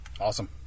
Awesome